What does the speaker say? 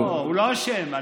הוא לא אשם.